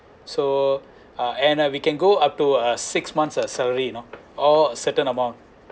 so uh and we can go up to uh six months of salary you know or certain amount